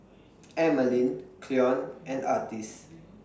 Emmaline Cleon and Artis